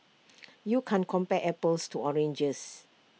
you can't compare apples to oranges